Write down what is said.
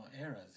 errors